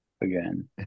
again